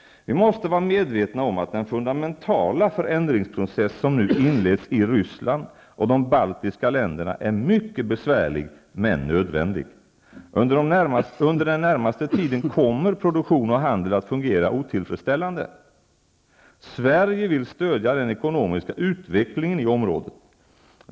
Vi måste vara medvetna om att den fundamentala förändringsprocess som nu inletts i Ryssland och de baltiska länderna är mycket besvärlig men nödvändig. Under den närmaste tiden kommer produktion och handel att fungera otillfredsställande. Sverige vill stödja den ekonomiska utvecklingen i området.